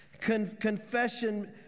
Confession